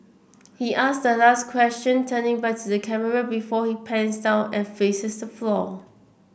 he ask the last question turning back to the camera before it pans down and faces the floor